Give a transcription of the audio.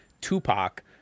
Tupac